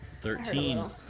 Thirteen